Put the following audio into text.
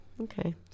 okay